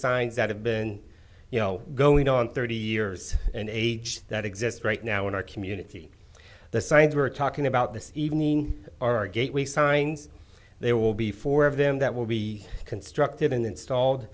signs that have been you know going on thirty years an age that exists right now in our community the signs were talking about this evening our gateway signs there will be four of them that will be constructed and installed